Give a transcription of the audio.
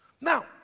Now